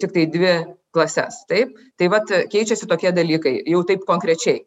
tiktai dvi klases taip tai vat keičiasi tokie dalykai jau taip konkrečiai